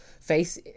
face